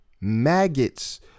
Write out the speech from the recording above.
maggots